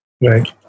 Right